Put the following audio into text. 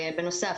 בנוסף,